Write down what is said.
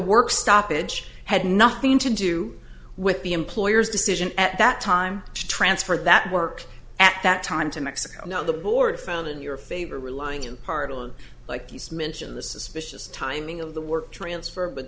work stoppage had nothing to do with the employer's decision at that time to transfer that work at that time to mexico now the board found in your favor relying you partner like he's mentioned the suspicious timing of the work transfer but